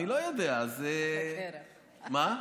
אני לא יודע, אז, על הקרח,